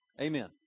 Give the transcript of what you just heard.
amen